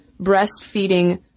breastfeeding